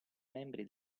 membri